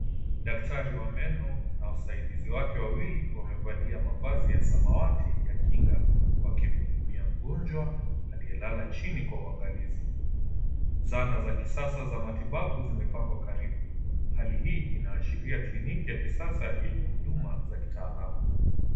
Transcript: Daktari wa meno na wasaidizi wake wawili wamevalia mavazi ya samawati ya kinga wakimhudumia mgonjwa aliyelala chini kwa uangalifu. Zana za kisasa za matibabu zimepangwa karibu. Hali hii inaashiria kliniki ya kisasa yenye huduma za kitaalamu.